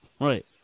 Right